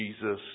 Jesus